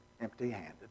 empty-handed